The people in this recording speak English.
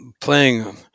playing